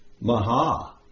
Maha